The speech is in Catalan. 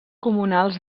comunals